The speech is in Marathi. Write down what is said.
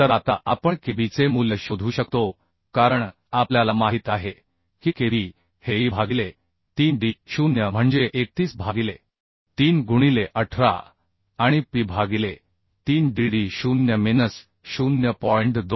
तर आता आपण kb चे मूल्य शोधू शकतो कारण आपल्याला माहित आहे की kb हे e भागिले 3d0 म्हणजे 31 भागिले 3 गुणिले 18 आणि p भागिले 3 dd 0मिनस 0